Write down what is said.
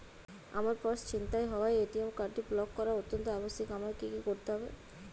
আমার পার্স ছিনতাই হওয়ায় এ.টি.এম কার্ডটি ব্লক করা অত্যন্ত আবশ্যিক আমায় কী কী করতে হবে?